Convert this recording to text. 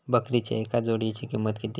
बकरीच्या एका जोडयेची किंमत किती?